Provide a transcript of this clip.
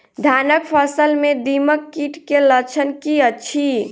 धानक फसल मे दीमक कीट केँ लक्षण की अछि?